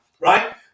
right